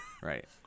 Right